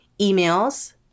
emails